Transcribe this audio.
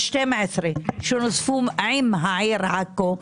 ה-12 שנוספו לעיר עכו,